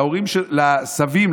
לסבים,